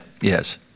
yes